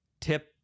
Tip